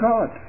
God